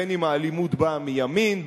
בין שהאלימות באה מימין,